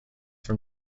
from